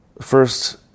first